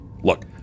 Look